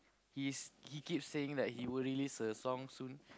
he's he keep saying that he will release a song soon